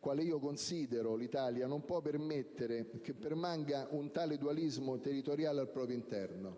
quale io considero l'Italia, non può permettere che permanga un tale dualismo territoriale al proprio interno.